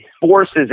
forces